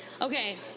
Okay